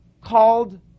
called